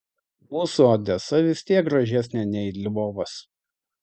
mūsų odesa vis tiek gražesnė nei lvovas